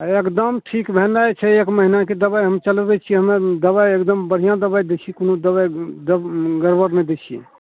एगदम ठीक भेनाइ छै एक महिनाके दवाइ हम चलबै छिए हमे दवाइ एगदम बढ़िआँ दवाइ दै छिए कोनो दवाइ गड़बड़ नहि दै छिए